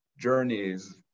journeys